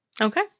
Okay